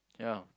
yeah